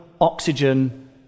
oxygen